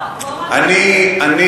השר איתן,